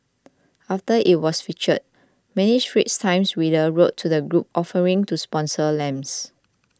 after it was featured many Straits Times readers wrote to the group offering to sponsor lamps